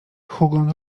hugon